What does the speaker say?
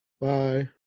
bye